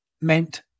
meant